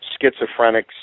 Schizophrenics